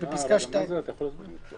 אתה יכול להסביר?